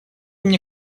мне